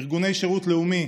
ארגוני שירות לאומי,